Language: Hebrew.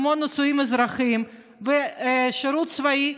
כמו נישואים אזרחיים ושירות צבאי,